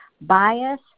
bias